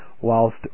whilst